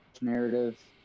narrative